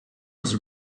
was